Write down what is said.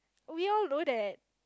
we all load that